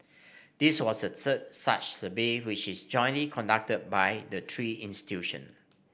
this was the third such survey which is jointly conducted by the three institution